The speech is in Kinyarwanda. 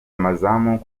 amazamu